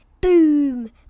Boom